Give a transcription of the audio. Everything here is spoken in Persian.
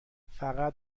فقط